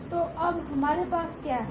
तो अब हमारे पास क्या है